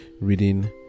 reading